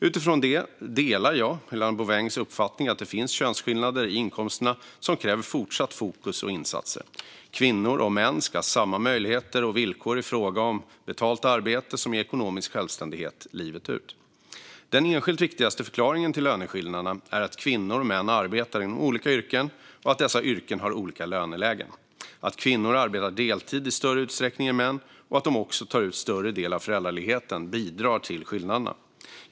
Utifrån det delar jag Helena Bouvengs uppfattning att det finns könsskillnader i inkomsterna som kräver fortsatt fokus och insatser. Kvinnor och män ska ha samma möjligheter och villkor i fråga om betalt arbete som ger ekonomisk självständighet livet ut. Den enskilt viktigaste förklaringen till löneskillnaderna är att kvinnor och män arbetar inom olika yrken och att dessa yrken har olika lönelägen. Att kvinnor arbetar deltid i större utsträckning än män och att de också tar ut en större del av föräldraledigheten bidrar till skillnaderna.